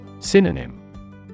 Synonym